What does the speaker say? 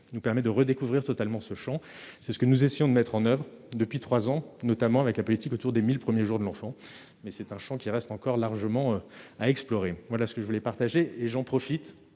nous permet de redécouvrir totalement ce Champ, c'est ce que nous essayons de mettre en oeuvre depuis 3 ans, notamment avec la politique autour des 1000 premiers jours de l'enfant, mais c'est un chant qui reste encore largement à explorer, voilà ce que je voulais partager et j'en profite